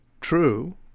true